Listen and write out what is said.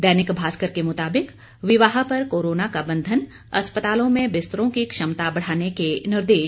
दैनिक भास्कर के मुताबिक विवाह पर कोरोना का बंधन अस्पतालों में बिस्तरों की क्षमता बढ़ाने के निर्देश